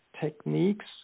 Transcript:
techniques